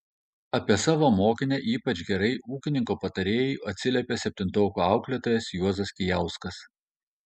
apie savo mokinę ypač gerai ūkininko patarėjui atsiliepė septintokų auklėtojas juozas kijauskas